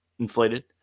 inflated